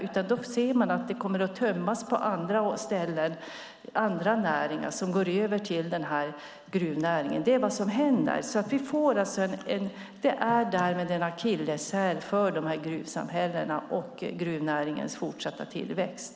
Då kommer arbetskraften att tömmas i andra näringar och gå över till gruvnäringen. Det är en akilleshäl för gruvsamhällena och gruvnäringens fortsatta tillväxt.